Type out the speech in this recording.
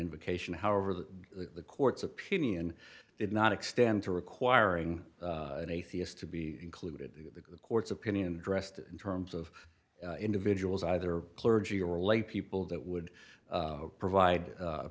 invocation however that the court's opinion did not extend to requiring an atheist to be included in the court's opinion dressed in terms of individuals either clergy or lay people that would provide a